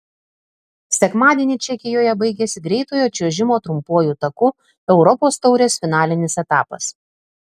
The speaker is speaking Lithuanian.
sekmadienį čekijoje baigėsi greitojo čiuožimo trumpuoju taku europos taurės finalinis etapas